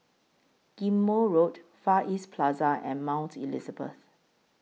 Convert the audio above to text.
Ghim Moh Road Far East Plaza and Mount Elizabeth